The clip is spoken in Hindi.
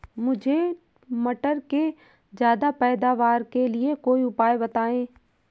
मुझे मटर के ज्यादा पैदावार के लिए कोई उपाय बताए?